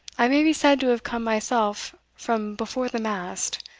i may be said to have come myself from before the mast,